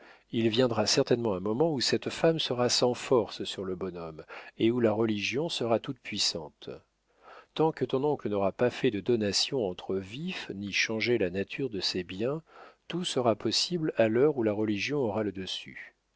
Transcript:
il viendra certainement un moment où cette femme sera sans force sur le bonhomme et où la religion sera toute-puissante tant que ton oncle n'aura pas fait de donation entre vifs ni changé la nature de ses biens tout sera possible à l'heure où la religion aura le dessus